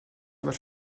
ordre